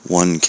one